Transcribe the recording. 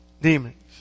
demons